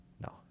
No